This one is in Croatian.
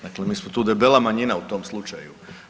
Dakle mi smo tu debela manjina u tom slučaju.